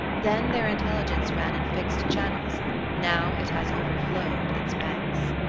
then their intelligence ran in fixed channels now it has overflowed its banks.